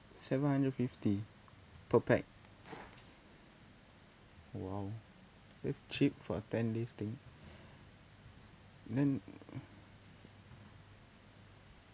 seven hundred fifty per pax !wow! it's cheap for ten days thing then uh